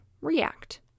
react